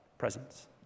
presence